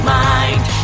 mind